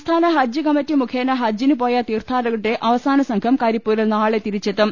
സംസ്ഥാന ഹജ്ജ് കമ്മറ്റി മുഖേന ഹജ്ജിന് പോയ തീർത്ഥാ ടകരുടെ അവസാന സംഘം കരിപ്പൂരിൽ നാളെ തിരിച്ചെത്തും